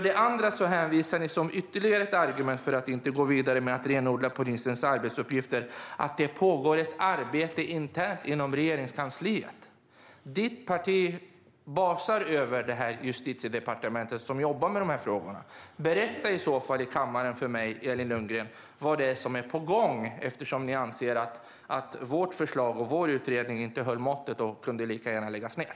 Sedan hänvisar ni till ytterligare ett argument för att inte gå vidare med att renodla polisens arbetsuppgifter, nämligen att det pågår ett arbete internt inom Regeringskansliet. Ditt parti basar över Justitiedepartementet, som jobbar med dessa frågor. Berätta för mig här i kammaren, Elin Lundgren, vad det är som är på gång, eftersom ni anser att vårt förslag och vår utredning inte höll måttet och lika gärna kunde läggas ned!